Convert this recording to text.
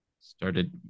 started